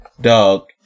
Dog